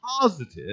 positive